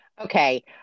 Okay